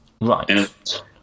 Right